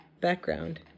background